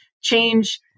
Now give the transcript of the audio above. change